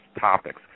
topics